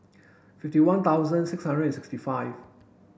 fifty one thousand six hundred and sixty five